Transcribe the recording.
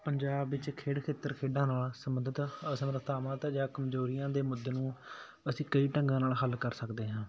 ਪੰਜਾਬ ਵਿੱਚ ਖੇਡ ਖੇਤਰ ਖੇਡਾਂ ਨਾਲ ਸੰਬੰਧਿਤ ਅਸਮਰੱਥਾਵਾਂ ਅਤੇ ਜਾਂ ਕਮਜ਼ੋਰੀਆਂ ਦੇ ਮੁੱਦਿਆਂ ਨੂੰ ਅਸੀਂ ਕਈ ਢੰਗਾਂ ਨਾਲ ਹੱਲ ਕਰ ਸਕਦੇ ਹਾਂ